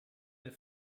der